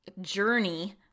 journey